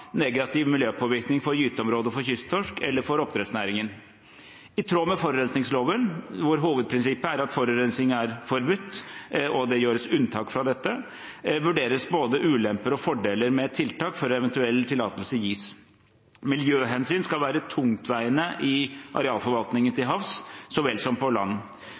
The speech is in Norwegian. negativ miljøpåvirkning for gyteområdet for kysttorsk eller for oppdrettsnæringen. I tråd med forurensingsloven, hvor hovedprinsippet er at forurensing er forbudt, og det gjøres unntak fra dette, vurderes både ulemper og fordeler med tiltak før eventuell tillatelse gis. Miljøhensyn skal være tungtveiende i arealforvaltningen til havs så vel som på land.